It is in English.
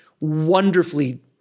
wonderfully